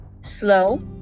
slow